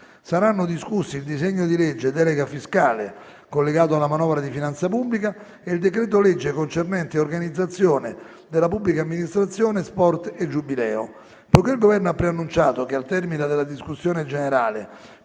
saranno discussi il disegno di legge delega fiscale, collegato alla manovra di finanza pubblica, e il decreto-legge concernente organizzazione della pubblica amministrazione, sport e Giubileo. Poiché il Governo ha preannunciato che, al termine della discussione generale,